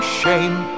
shame